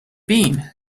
been